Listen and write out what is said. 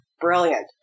brilliant